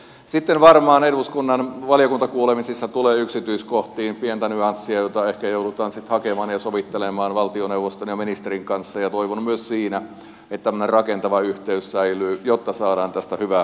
sitten varmaan eduskunnan valiokuntakuulemisissa tulee yksityiskohtiin pientä nyanssia jota ehkä joudutaan sitten hakemaan ja sovittelemaan valtioneuvoston ja ministerin kanssa ja toivon että myös siinä tämmöinen rakentava yhteys säilyy jotta saadaan tästä hyvä toimiva lainsäädäntö